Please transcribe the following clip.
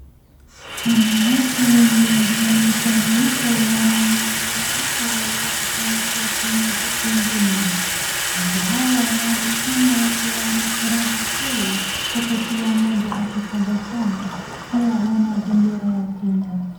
Kuna watu wengi ambao ni mchanganyiko ya wanaume na wanawake waliokusanyika kwenye ukumbini, watu hao wanaonekana wakiwa na furaha tele huku kila mmoja akitabasamu, pia wana bendera ya Kenya.